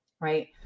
right